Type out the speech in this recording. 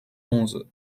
onze